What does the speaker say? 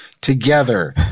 together